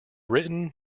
written